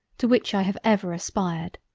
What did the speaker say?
to which i have ever aspired.